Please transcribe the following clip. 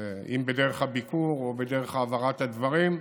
אם בדרך הביקור או בדרך העברת הדברים,